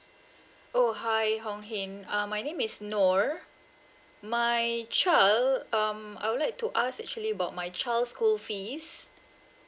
oh hi hong hin uh my name is noor my child um I would like to ask actually about my child's school fees